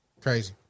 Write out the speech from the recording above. Crazy